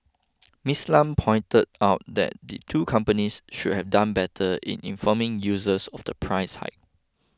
Miss Lam pointed out that the two companies could have done better in informing users of the price hike